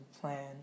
plan